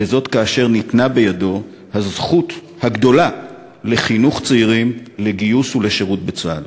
כאשר ניתנה בידו הזכות הגדולה לחנך צעירים לגיוס ולשירות בצה"ל.